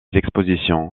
expositions